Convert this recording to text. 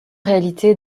réalité